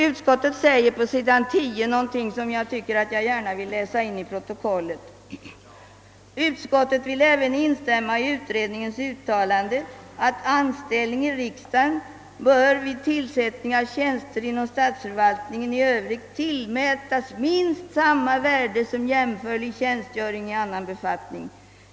Utskottet gör på sidan 10 ett annat uttalande som jag gärna vill läsa in till protokollet: »Utskottet vill även instämma i utredningens uttalande, att anställning i riksdagen bör vid tillsättning av tjänst inom statsförvaltningen i övrigt tillmätas minst samma värde som jämförlig tjänstgöring i annan befattning.